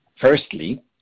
firstly